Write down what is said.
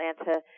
Atlanta